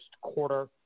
quarter